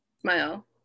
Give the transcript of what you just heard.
Smile